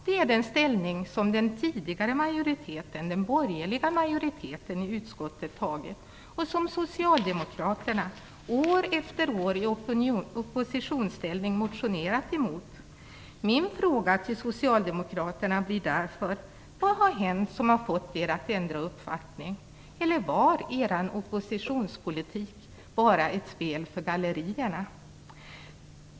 Det är den ståndpunkt som den tidigare majoriteten, den borgerliga majoriteten, i utskottet intagit och som socialdemokraterna år efter år i oppositionsställning motionerat emot. Min fråga till socialdemokraterna blir därför: Vad har hänt som har fått er att ändra uppfattning? Eller var er oppositionspolitik bara ett spel för gallerierna?